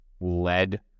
led